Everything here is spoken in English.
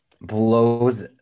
blows